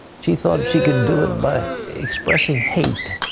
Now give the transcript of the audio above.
she thought she could do it by expressing hate,